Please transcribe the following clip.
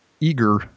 eager